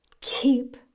Keep